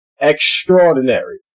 extraordinary